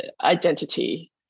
identity